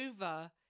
over –